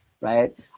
right